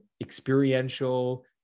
experiential